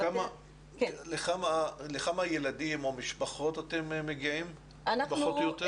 לכמה ילדים או משפחות אתם מגיעים פחות או יותר?